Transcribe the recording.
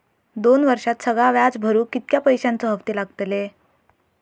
दोन वर्षात सगळा व्याज भरुक कितक्या पैश्यांचे हप्ते लागतले?